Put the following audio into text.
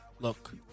look